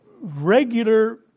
regular